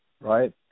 right